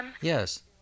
Yes